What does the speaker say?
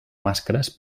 màscares